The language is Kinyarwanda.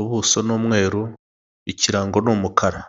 ubuso ni umweru, ikirango ni umukara.